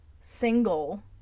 single